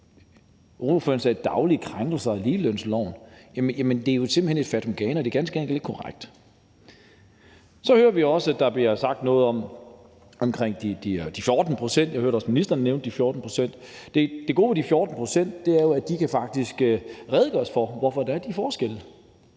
ordføreren sagde »daglige krænkelser af ligelønsloven« – er jo simpelt hen et fatamorgana. Det er ganske enkelt ikke korrekt. Så hører vi også, at der bliver sagt noget om de 14 pct., og jeg hørte også, at ministeren nævnte de 14 pct. Det gode ved de 14 pct. er jo, at der kan det faktisk redegøres for, hvorfor der er de forskelle.